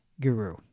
guru